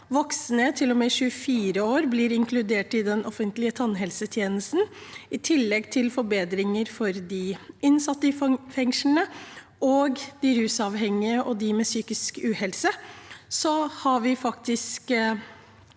voksne til og med 24 år blir inkludert i den offentlige tannhelsetjenesten, i tillegg til forbedringer for de innsatte i fengslene, de rusavhengige og de med psykisk uhelse,